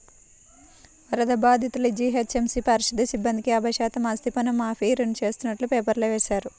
వరద బాధితులు, జీహెచ్ఎంసీ పారిశుధ్య సిబ్బందికి యాభై శాతం ఆస్తిపన్ను మాఫీ చేస్తున్నట్టు పేపర్లో వేశారు